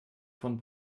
von